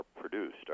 produced